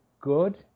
good